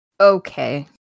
Okay